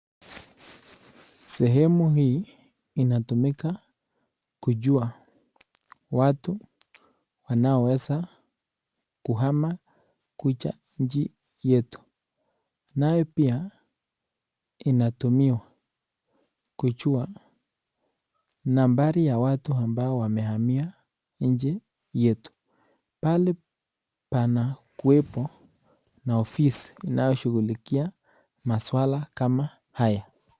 Sehemu hii inatumika kujua watu wanaoweza kuhama kuja inchi yetu, nayo pia inatumiwa kujua nambari ya watu ambao wamehamia nchi yetu. Pale panakuwepo na ofisi ambayo inashughulikia maswala haya.